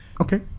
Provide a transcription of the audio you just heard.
Okay